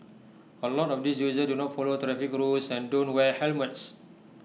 A lot of these users do not follow traffic rules and don't wear helmets